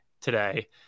today